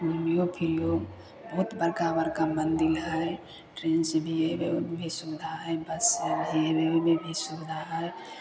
घुमियौ फिरयौ बहुत बड़का बड़का मन्दिर हइ ट्रेन से भी सुबिधा हइ बस से भी सुबिधा हइ